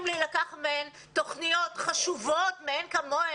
להילקח מהם תוכניות חשובות מאין כמוהן,